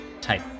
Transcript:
type